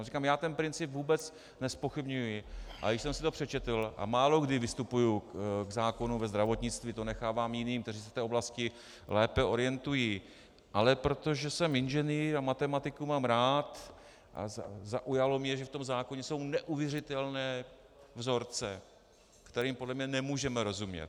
Říkám, já ten princip vůbec nezpochybňuji, ale když jsem si to přečetl a málokdy vystupuji k zákonům ve zdravotnictví, to nechávám jiným, kteří se v té oblasti lépe orientují, ale protože jsem inženýr a matematiku mám rád, zaujalo mě, že v tom zákoně jsou neuvěřitelné vzorce, kterým podle mě nemůžeme rozumět.